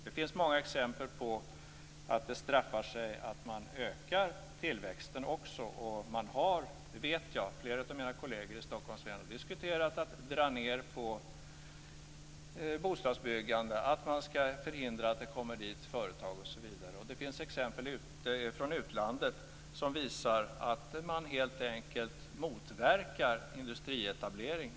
Det finns många exempel på att det straffar sig att man också ökar tillväxten. Jag vet att flera av mina kolleger i Stockholms län har diskuterat att dra ned på bostadsbyggande, att man skall förhindra att det kommer dit företag, osv. Det finns exempel från utlandet som visar att man helt enkelt motverkar industrietablering.